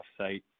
offsite